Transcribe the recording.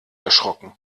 erschrocken